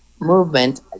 movement